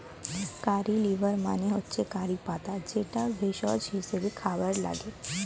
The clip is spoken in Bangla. কারী লিভস মানে হচ্ছে কারি পাতা যেটা ভেষজ হিসেবে খাবারে লাগে